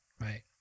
right